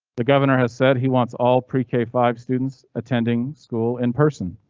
the governor has said he wants all pre k five students attending school in person.